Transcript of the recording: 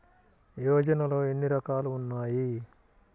యోజనలో ఏన్ని రకాలు ఉన్నాయి?